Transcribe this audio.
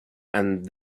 and